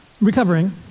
recovering